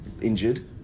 injured